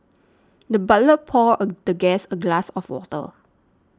the butler poured the guest a glass of water